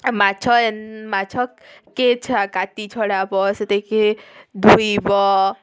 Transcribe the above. ମାଛ ଏନ୍ ମାଛ କେ କାତି ଛଡ଼ାବ ସେଟାକେ ଧୁଇବ